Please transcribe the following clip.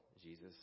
Jesus